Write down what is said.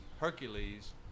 Hercules